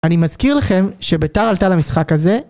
אני מזכיר לכם שביתר עלתה למשחק הזה